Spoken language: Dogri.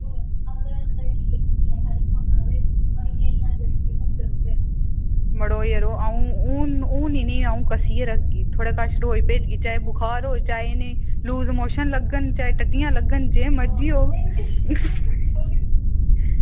मड़ो यरो अंऊ हून इनेंगी अंऊ इनेंगी कस्सियै रक्खगी थुआढ़े कश रोज़ भेजगी चाहे इनें ई लूज़ मोशन लग्गन चाहे इनेंगी टट्टियां लग्गन जे मर्जी होग